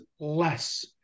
less